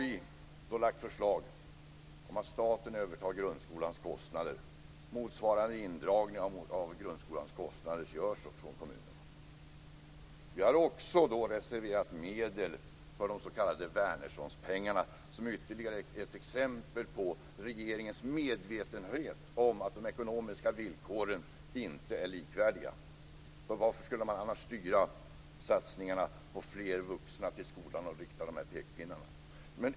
Vi har lagt fram förslag om att staten övertar grundskolans kostnader och att motsvarande indragning av grundskolans kostnader görs från kommunerna. Vi har också reserverat medel för de s.k. Wärnerssonpengarna, som är ytterligare ett exempel på regeringens medvetenhet om att de ekonomiska villkoren inte är likvärdiga. Varför skulle man annars styra satsningarna till fler vuxna i skolan och rikta de här pekpinnarna?